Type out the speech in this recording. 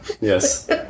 Yes